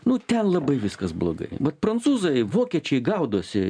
nu ten labai viskas blogai vat prancūzai vokiečiai gaudosi